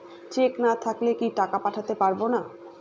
Check না থাকলে কি টাকা পাঠাতে পারবো না?